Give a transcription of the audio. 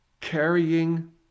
Carrying